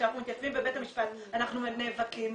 כשאנחנו מתייצבים בבית המשפט, אנחנו נאבקים.